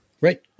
Right